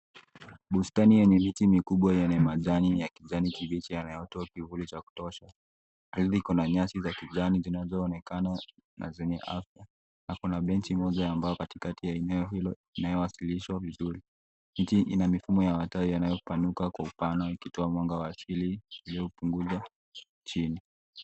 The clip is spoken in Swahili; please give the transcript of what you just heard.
Bustani yenye miti mikubwa yenye majani kijani kibichi yanatoa kiburi cha kutosha. Ardhi iko na nyasi za kijani zinazoonekana na zenye afya. Na kuna benji moja ambao katikati ya eneo hilo inawasilishwa vizuri. Miti ina mifumo ya matawi yanayopanuka kwa upana ikitoa mwanga wa asili iliyopunguza chini.